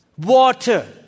Water